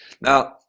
Now